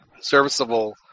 serviceable